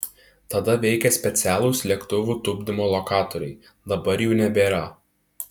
tada veikė specialūs lėktuvų tupdymo lokatoriai dabar jų nebėra